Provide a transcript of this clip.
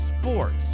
sports